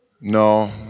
No